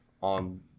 on